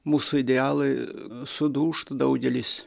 mūsų idealai sudūžta daugelis